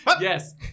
Yes